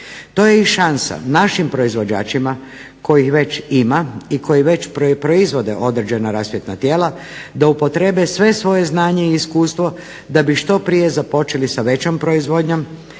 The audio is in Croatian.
To je šansa našim proizvođačima kojih već ima i koji već proizvode određena rasvjetna tijela da upotrijebe sve svoje znanje i iskustvo da bi što prije započeli sa većom proizvodnjom